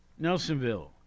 Nelsonville